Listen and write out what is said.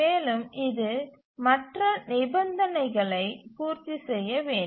மேலும் இது மற்ற நிபந்தனைகளை பூர்த்தி செய்ய வேண்டும்